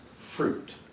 fruit